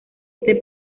este